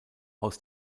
aus